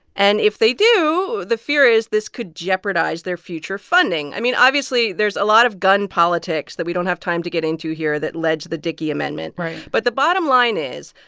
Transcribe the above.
and if they do, the fear is this could jeopardize their future funding. i mean, obviously, there's a lot of gun politics that we don't have time to get into here that led to the dickey amendment right but the bottom line is,